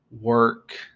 work